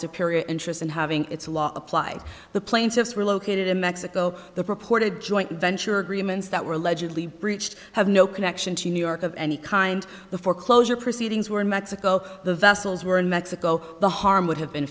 superior interest in having its law applied the plaintiffs were located in mexico the reported joint venture agreements that were allegedly breached have no connection to new york of any kind the foreclosure proceedings were in mexico the vessels were in mexico the harm would have been